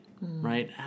right